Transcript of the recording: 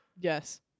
Yes